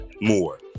more